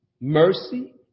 mercy